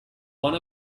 one